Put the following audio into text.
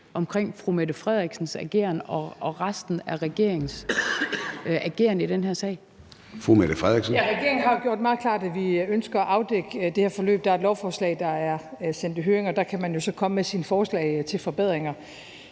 omkring fru Mette Frederiksens ageren og resten af regeringens ageren i den her sag?